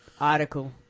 article